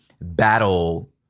battle